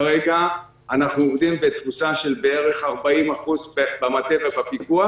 כרגע אנחנו עומדים בתפוסה של בערך 40% במטה ובפיקוח.